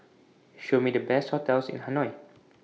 Show Me The Best hotels in Hanoi